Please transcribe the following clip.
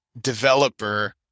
developer